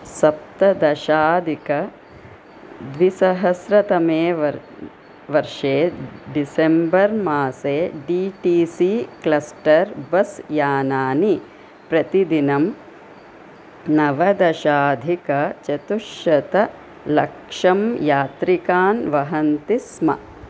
सप्तदशदिकद्विसहस्रतमे व वर्षे डिसेम्बर् मासे D T C cluster bus यानानि प्रतिदिनं नवदशाधिकचतुश्शत लक्षं यात्रिकान् वहन्ति स्म